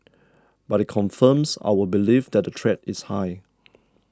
but it confirms our belief that the threat is high